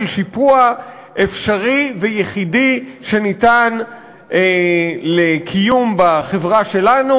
שיפוע אפשרי ויחידי שניתן לקיום בחברה שלנו,